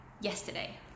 yesterday